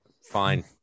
Fine